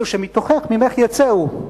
אלו שמתוכךְ, ממךְ יצאו,